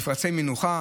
מפרצי מנוחה,